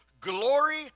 glory